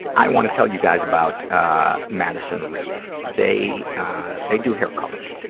i want to tell you guys about ah madison reed. they they do hair coloring,